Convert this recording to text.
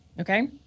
Okay